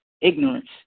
ignorance